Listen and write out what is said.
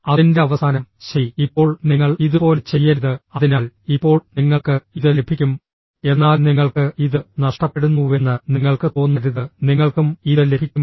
അതിന്റെ അവസാനം ശരി ഇപ്പോൾ നിങ്ങൾ ഇതുപോലെ ചെയ്യരുത് അതിനാൽ ഇപ്പോൾ നിങ്ങൾക്ക് ഇത് ലഭിക്കും എന്നാൽ നിങ്ങൾക്ക് ഇത് നഷ്ടപ്പെടുന്നുവെന്ന് നിങ്ങൾക്ക് തോന്നരുത് നിങ്ങൾക്കും ഇത് ലഭിക്കും